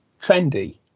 trendy